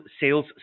sales